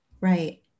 Right